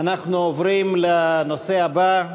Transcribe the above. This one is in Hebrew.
אנחנו עוברים לנושא הבא,